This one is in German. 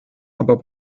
aber